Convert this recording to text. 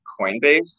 Coinbase